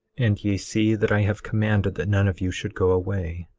and ye see that i have commanded that none of you should go away,